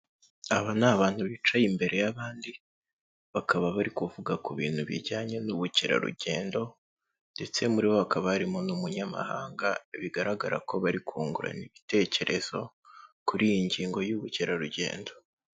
Aba ni abantu bicaye imbere y'abandi, bakaba bari kuvuga ku bintu bijyanye n'ubukerarugendo ndetse muri bo hakaba harimo n'umunyamahanga, bigaragara ko bari kungurana ibitekerezo kuri iyi ngingo y'ubukerarugendo.